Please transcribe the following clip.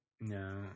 No